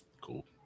Cool